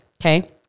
Okay